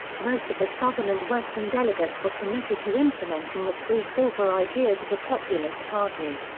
most of the southern and western delegates were committed to implementing the free silver ideas of the populist party.